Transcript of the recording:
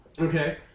Okay